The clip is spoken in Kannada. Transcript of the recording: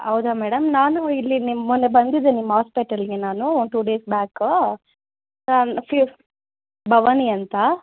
ಹೌದಾ ಮೇಡಮ್ ನಾನು ಇಲ್ಲಿ ನಿಮ್ಮ ಮೊನ್ನೆ ಬಂದಿದ್ದೆ ನಿಮ್ಮ ಆಸ್ಪಿಟಲ್ಗೆ ನಾನು ಒಂದು ಟು ಡೇಸ್ ಬ್ಯಾಕು ಭವಾನಿ ಅಂತ